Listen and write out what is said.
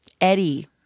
Eddie